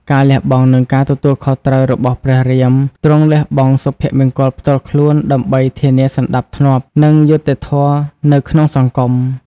ការលះបង់ និងការទទួលខុសត្រូវរបស់ព្រះរាមទ្រង់លះបង់សុភមង្គលផ្ទាល់ខ្លួនដើម្បីធានាសណ្ដាប់ធ្នាប់ និងយុត្តិធម៌នៅក្នុងសង្គម។